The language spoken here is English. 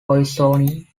poisoning